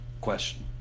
question